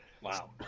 Wow